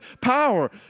power